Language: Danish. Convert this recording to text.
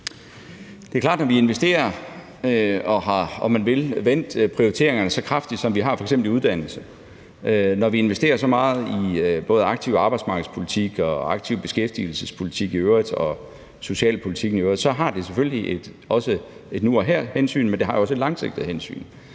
Det er klart, at når vi investerer og har vendt prioriteringerne så kraftigt, som vi har, f.eks. inden for uddannelse, når vi investerer så meget i både aktiv arbejdsmarkedspolitik og aktiv beskæftigelsespolitik og socialpolitikken i øvrigt, så rummer det selvfølgelig et her og nu-hensyn, men det rummer også et langsigtet hensyn.